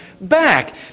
back